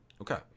Okay